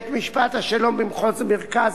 בבית-משפט השלום במחוז מרכז,